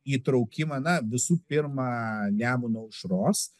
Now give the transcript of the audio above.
įtraukimą na visų pirma nemuno aušros